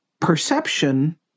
perception